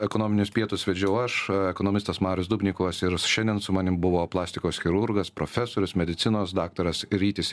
ekonominius pietus vedžiau aš ekonomistas marius dubnikovas ir šiandien su manim buvo plastikos chirurgas profesorius medicinos daktaras rytis